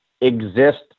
exist